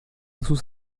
sus